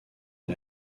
est